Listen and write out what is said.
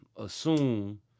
assume